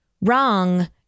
wrong